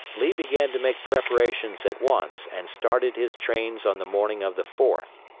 lee began to make preparations at once and started his trains on the morning of the fourth.